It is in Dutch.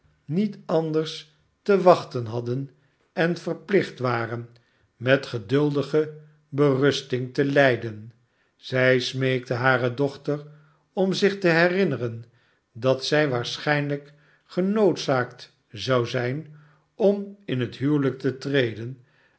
niet anders te wachten hadden en verplicht waren met geduldige berusting te lijden zij smeekte hare dochter om zich te herinneren dat zij waarschijnlijk genoodzaakt zou zijn om in het huwelijk te treden